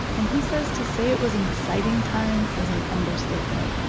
and he says to say it was an exciting time is an understatement.